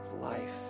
life